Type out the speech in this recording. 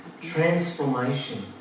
transformation